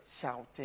shouting